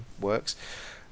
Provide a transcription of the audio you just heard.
works